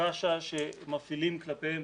חשה שמפעילים כלפיהם